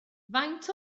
faint